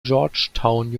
georgetown